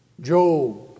Job